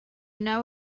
know